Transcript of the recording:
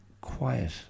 quiet